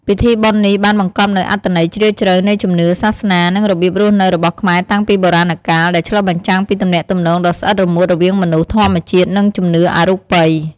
ពិធីបុណ្យនេះបានបង្កប់នូវអត្ថន័យជ្រាលជ្រៅនៃជំនឿ សាសនា និងរបៀបរស់នៅរបស់ខ្មែរតាំងពីបុរាណកាល ដែលឆ្លុះបញ្ចាំងពីទំនាក់ទំនងដ៏ស្អិតរមួតរវាងមនុស្ស ធម្មជាតិ និងជំនឿអរូបិយ។